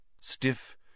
Stiff